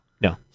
No